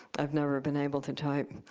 i've never been able to type.